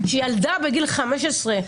של ילדה בגיל 15,